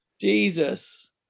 Jesus